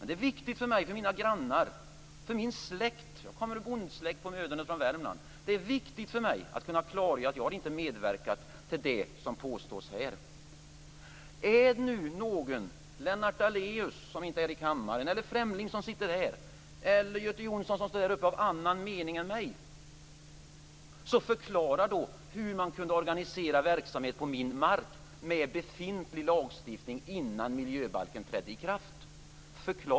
Det är viktigt för mig, mina grannar och min släkt - jag härstammar från en bondsläkt på mödernet i Värmland - att klargöra att jag inte har medverkat till det som påstås här. Är nu någon - Lennart Daléus som inte är i kammaren, Fremling som sitter här, Göte Jonsson som står längst upp i salen - av någon annan mening än jag, så förklara då hur det har varit möjligt att organisera verksamhet på min mark med befintlig lagstiftning innan miljöbalken trätt i kraft.